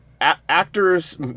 actors